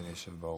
אדוני היושב בראש,